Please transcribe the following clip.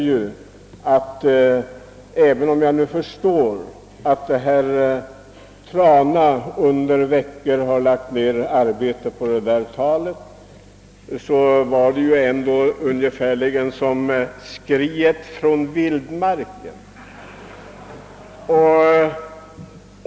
Jag förstår att herr Trana under veckor lagt ned arbete på sitt tal, men det kan i alla fall inte liknas vid annat än skriet från vildmarken.